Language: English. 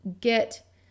get